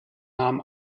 nahm